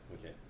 Okay